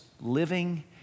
living